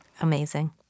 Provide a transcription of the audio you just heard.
Amazing